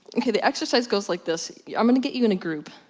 ok the exercise goes like this i'm gonna get you in a group,